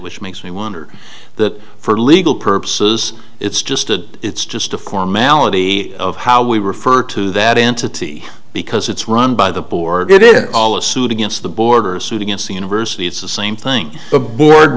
which makes me wonder that for legal purposes it's just a it's just a formality of how we refer to that entity because it's run by the board it is all a suit against the boarders suit against the university it's the same thing